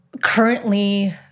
currently